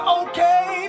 okay